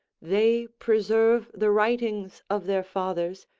they preserve the writings of their fathers,